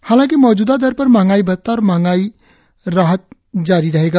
हालांकि मौजूदा दर पर महंगाई भत्ता और महंगाई राहत जारी रहेगा